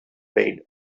paid